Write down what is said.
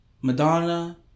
Madonna